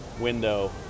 window